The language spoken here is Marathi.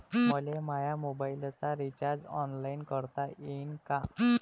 मले माया मोबाईलचा रिचार्ज ऑनलाईन करता येईन का?